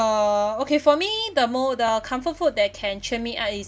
uh okay for me the more the comfort food that can cheer me up is